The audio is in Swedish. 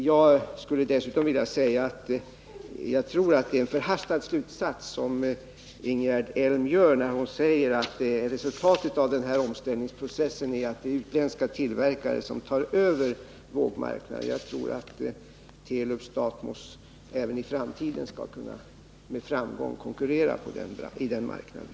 Jag skulle dessutom vilja säga att jag tror att det är en förhastad slutsats Ingegerd Elm drar när hon säger att resultatet av den här omställningsprocessen blir att utländska tillverkare tar över vågmarknaden. Jag tror att Telub-Stathmos även i framtiden med framgång skall kunna konkurrera på den marknaden.